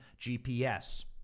GPS